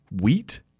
wheat